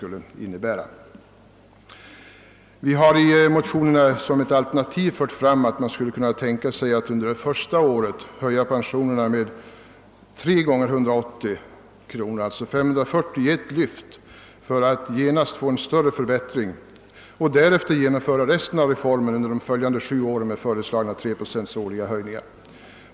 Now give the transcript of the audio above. Som ett alternativ har vi i motionerna fört fram att man skulle kunna tänka sig att under det första året höja pensionerna med tre gånger 180 kronor, alltså med 540 kronor, i ett lyft för att därigenom genast få en större förbättring och därefter genomföra resten av reformen under de följande sju åren med föreslagna årliga höjningar om 3 procent.